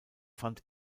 fand